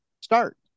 start